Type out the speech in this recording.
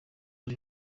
ari